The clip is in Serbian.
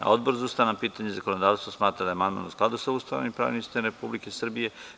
Odbor za ustavna pitanja i zakonodavstvo smatra da je amandman u skladu sa Ustavom i pravnim sistemom Republike Srbije.